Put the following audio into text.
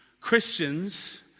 Christians